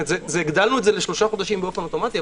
הגדלנו את זה לשלושה חודשים באופן אוטומטי,